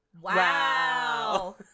Wow